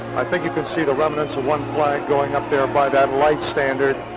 i think you can see the remnants of one flag going up there by that light standard,